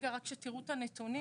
תיראו את הנתונים.